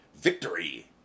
victory